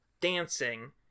dancing